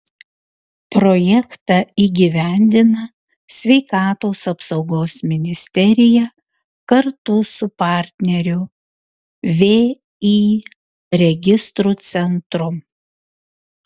projektą įgyvendina sveikatos apsaugos ministerija kartu su partneriu vį registrų centru